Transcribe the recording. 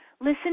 Listen